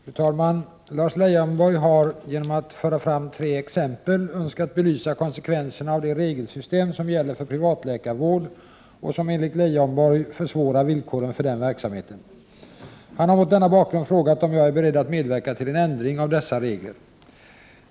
Om villkoren för privat Fru talman! Lars Leijonborg har — genom att föra fram tre exempel — läkarverksamhet önskat belysa konsekvenserna av det regelsystem som gäller för privatläkarvård och som enligt Leijonborg försvårar villkoren för den verksamheten. Han har mot denna bakgrund frågat om jag är beredd att medverka till en ändring av dessa regler.